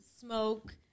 smoke